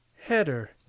Header